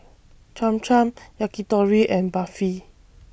Cham Cham Yakitori and Barfi